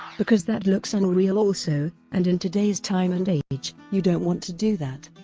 because that looks unreal also, and in today's time and age, you don't want to do that.